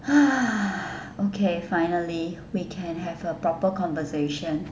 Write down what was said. !huh! okay finally can we can have a proper conversation